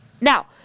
now